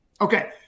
Okay